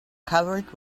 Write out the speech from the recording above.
covered